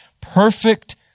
perfect